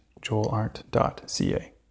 joelart.ca